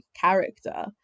character